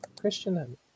Christian